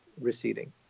receding